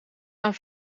aan